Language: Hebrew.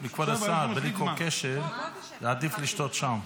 כבוד השר, בלי כל קשר, עדיף לשתות שם.